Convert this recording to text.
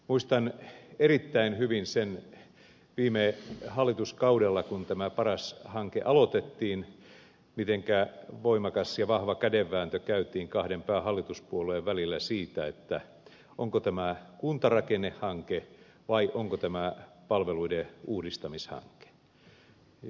muistan erittäin hyvin kun viime hallituskaudella paras hanke aloitettiin mitenkä voimakas ja vahva kädenvääntö käytiin kahden päähallituspuolueen välillä siitä onko tämä kuntarakennehanke vai onko tämä palveluiden uudistamishanke